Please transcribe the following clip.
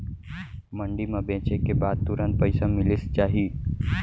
मंडी म बेचे के बाद तुरंत पइसा मिलिस जाही?